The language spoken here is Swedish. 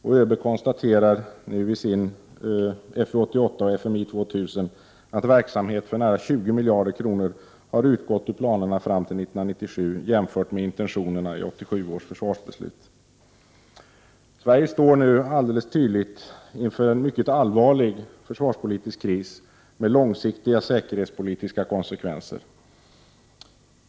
ÖB konstaterar nu i FÖ 88 och FMI 2000 att verksamhet för nära 20 miljarder kronor har utgått ur planerna fram till 1997 jämfört med intentionerna i 1987 års försvarsbeslut. Sverige står nu alldeles tydligt inför en mycket allvarlig försvarspolitisk kris med långsiktiga säkerhetspolitiska konsekvenser.